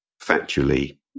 factually